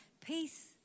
Peace